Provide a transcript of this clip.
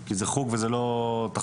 כי זה חוג וזה לא תחרותי?